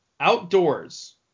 outdoors